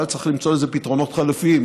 אבל צריך למצוא לזה פתרונות חלופיים.